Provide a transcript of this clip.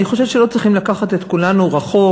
אני חושבת שלא צריכים לקחת את כולנו רחוק,